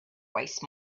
waste